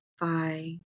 bye